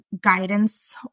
guidance